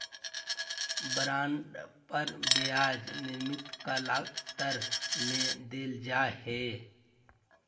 bond पर ब्याज निश्चित कालांतर में देल जा हई